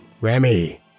Remy